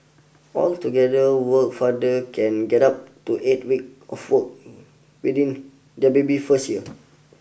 altogether work father can get up to eight weeks off work within their baby's first year